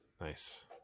Nice